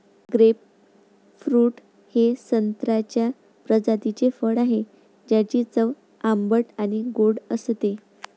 grapefruit हे संत्र्याच्या प्रजातीचे फळ आहे, ज्याची चव आंबट आणि गोड असते